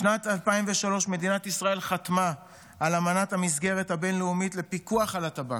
בשנת 2023 מדינת ישראל חתמה על אמנת המסגרת הבין-לאומית לפיקוח על הטבק.